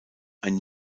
ein